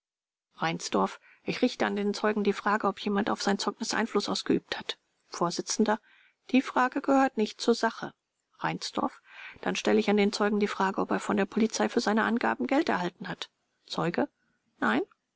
reinsdorf ich richte an den zeugen die frage ob jemand auf sein zeugnis einfluß ausgeübt hat vors die frage gehört nicht zur sache reinsdorf dann stelle ich an den zeugen die frage ob er von der polizei für seine angaben geld erhalten hat zeuge nein